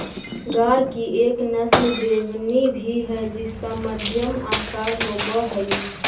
गाय की एक नस्ल देवनी भी है जिसका मध्यम आकार होवअ हई